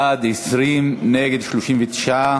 בעד, 20, נגד, 39,